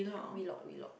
Wheelock Wheelock